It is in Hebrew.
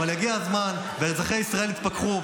אבל יגיע הזמן ואזרחי ישראל יתפכחו,